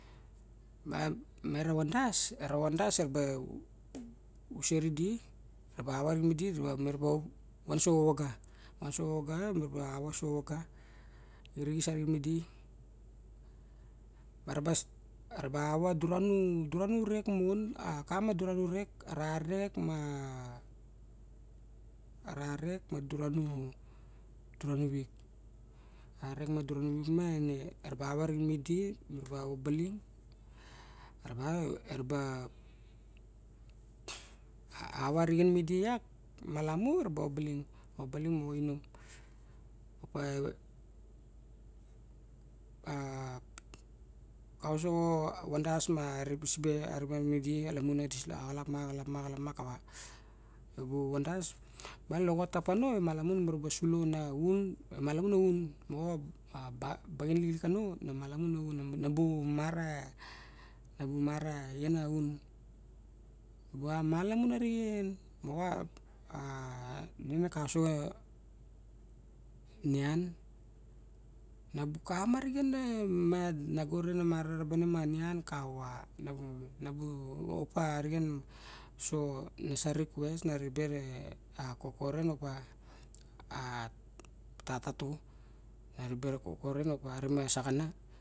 Meme ra vandas era vandas raba u seri di ra ba va midi re ba van savaga van savvaga mi ba vaso abaga girigis ari midi mara bas abara auva dura nu dura nu rek mon a kama dura nu rek ara rek ma ara rek ma duranu wik a rek ma duranu wik ma inerabava ring midi ma bava vo baling ara ba era ba ava rixin midi iak malamu ra bobaling bolaling mo inom opa a kausoxo vandas ma rabisbe aribe midi alamun na disla axalap ma axalap a axalap ma kava na bu vandas ma loxotap ano malamun bara su no laun malamun aun moa bagain likilik ano lamalamunaun na bu mara na bu mara ian na aun go a mala mun na rixen ma xoa a- a ni akaso nian nabu kama rixen na ma nago ren na marabarene ma nian kava nabu nabu opa arigen so nasa request na ribe re koko ren opa a- a tata tung na ribe ra koko ren opa arike na sakana.